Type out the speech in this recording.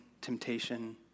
temptation